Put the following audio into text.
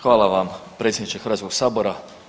Hvala vam predsjedniče Hrvatskog sabora.